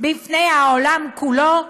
בפני העולם כולו,